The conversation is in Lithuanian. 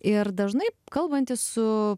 ir dažnai kalbantis su